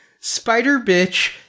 Spider-Bitch